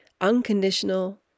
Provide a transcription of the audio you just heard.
unconditional